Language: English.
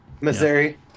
Missouri